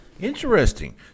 interesting